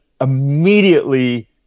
immediately